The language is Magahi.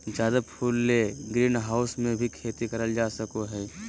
जादे फूल ले ग्रीनहाऊस मे भी खेती करल जा सको हय